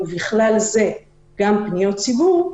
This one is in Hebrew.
ובכלל זה גם פניות ציבור,